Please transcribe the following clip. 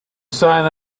sign